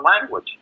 language